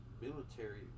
military